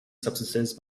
substances